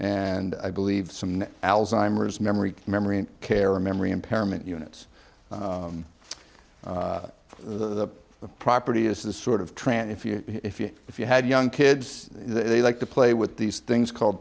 and i believe some alzheimer's memory memory care or memory impairment units the property is the sort of tran if you if you if you had young kids they like to play with these things called